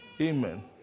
Amen